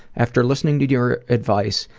after listening to your advice,